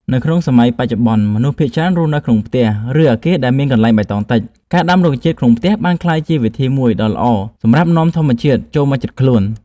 នៅក្នុងសម័យបច្ចុប្បន្ន ដែលមនុស្សភាគច្រើនរស់នៅក្នុងផ្ទះ ឬអគារដែលមានកន្លែងបៃតងតិច ការដាំរុក្ខជាតិក្នុងផ្ទះបានក្លាយជាវិធីមួយដ៏ល្អសម្រាប់នាំធម្មជាតិចូលមកជិតខ្លួន។